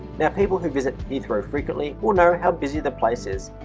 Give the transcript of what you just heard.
now people who visit heathrow frequently will know how busy the places